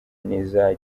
n’iza